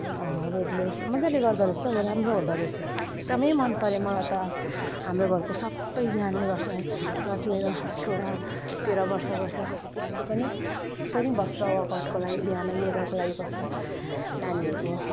weight loss मजाले गर्दा रहेछ हो राम्रो हुँदो रहेछ एकदमै मन पर्यो मलाई त हाम्रो घरको सबैजनाले गर्छ प्लस मेरो छोरा तेह्र वर्षको छ उसको पनि ऊ पनि बस्छ वर्कआउटको लागि बिहान योगाको लागि बस्छ नानीहरूको